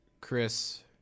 Chris